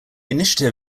initiative